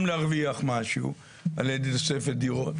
וגם להרוויח משהו על ידי תוספת דירות.